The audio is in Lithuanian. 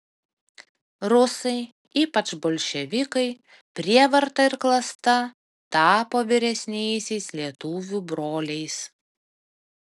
rusai ypač bolševikai prievarta ir klasta tapo vyresniaisiais lietuvių broliais